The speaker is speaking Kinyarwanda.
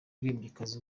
n’umuririmbyikazi